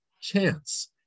chance